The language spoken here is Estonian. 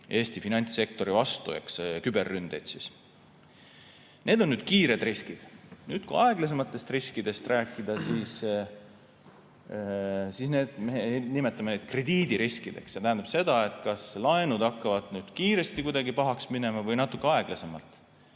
Eesti finantssektori vastu, küberründeid. Need on kiired riskid. Kui nüüd aeglasematest riskidest rääkida, siis me nimetame neid krediidiriskideks. See tähendab seda, et kas laenud hakkavad nüüd kiiresti kuidagi pahaks minema või natuke aeglasemalt.